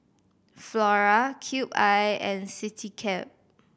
Flora Cube I and Citycab